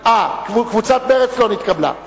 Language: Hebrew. אנחנו עוברים לסעיף 7. קבוצת מרצ מציעה